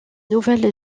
nouvelle